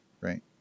right